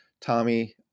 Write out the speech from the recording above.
Tommy